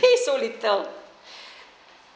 pay so little